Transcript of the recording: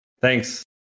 Thanks